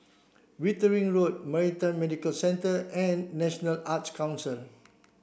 Wittering Road Maritime Medical Centre and National Arts Council